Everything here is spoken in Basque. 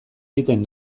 egiten